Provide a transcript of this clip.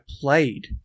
played